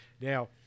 Now